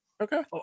Okay